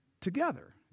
together